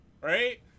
Right